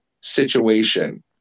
situation